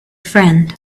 friend